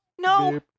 No